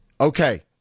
Okay